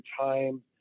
time